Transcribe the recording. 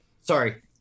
sorry